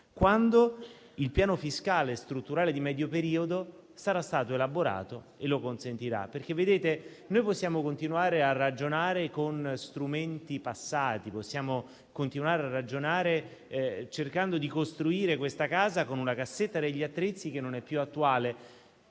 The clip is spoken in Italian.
quando il piano fiscale strutturale di medio periodo sarà stato elaborato e lo consentirà. Noi possiamo continuare a ragionare con strumenti passati, cercando di costruire questa casa con una cassetta degli attrezzi che non è più attuale,